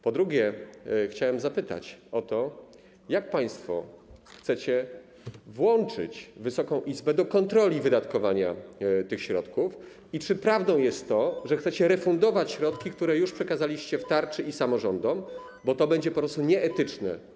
Po drugie, chciałem zapytać o to, jak państwo chcecie włączyć Wysoką Izbę do kontroli wydatkowania tych środków i czy prawdą jest to, że chcecie refundować środki, które już przekazaliście w tarczy i samorządom, bo to będzie po prostu nieetyczne.